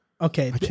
Okay